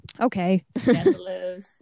okay